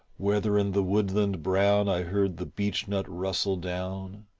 whether in the woodland brown i heard the beechnut rustle down,